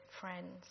friends